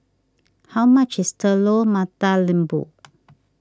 how much is Telur Mata Lembu